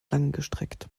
langgestreckt